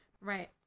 Right